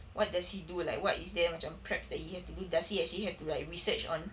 what does he do like what is there macam preps that he have to do does he actually have to like research on